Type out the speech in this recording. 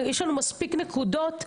יש לנו מספיק נקודות.